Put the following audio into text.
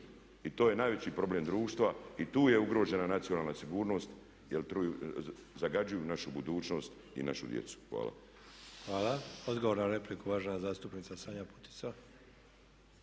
I to je najveći problem društva i tu je ugrožena nacionalna sigurnost jer truju, zagađuju našu budućnost i našu djecu. Hvala.